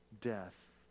death